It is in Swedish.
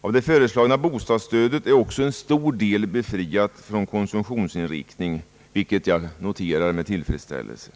Av det föreslagna bostadsstödet är också en stor del befriat från konsumtionsinriktning, vilket jag noterar med tillfredsställelse.